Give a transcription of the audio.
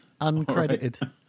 uncredited